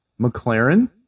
McLaren